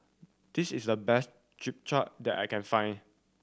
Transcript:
this is the best Japchae that I can find